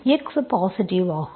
x positive ஆகும்